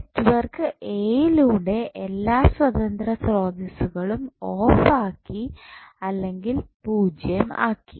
network A യിലുള്ള എല്ലാ സ്വതന്ത്ര സ്രോതസ്സുകളും ഓഫ് ആക്കി അല്ലെങ്കിൽ പൂജ്യം ആക്കി